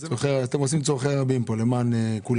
אז אתם עושים צרכי רבים פה, למען כולם?